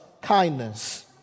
kindness